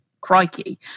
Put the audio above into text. Crikey